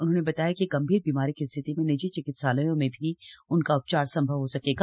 उन्होंने बताया कि गंभीर बीमारी की स्थिति में निजी चिकित्सालयों में भी उनका उपचार संभव हो सकेगा